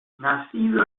nacido